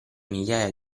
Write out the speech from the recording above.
migliaia